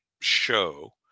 show